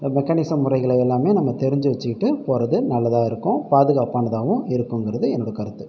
mechanism முறைகளை எல்லாமே நம்ம தெரிஞ்சு வச்சுக்கிட்டு போகிறது நல்லதாக இருக்கும் பாதுகாப்பானதாகவும் இருக்குங்கிறது என்னோடய கருத்து